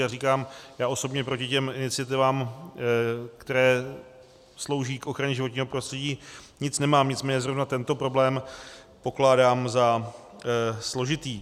A říkám, že já osobně proti těm iniciativám, které slouží k ochraně životního prostředí, nic nemám, nicméně zrovna tento problém pokládám za složitý.